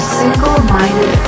single-minded